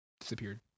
disappeared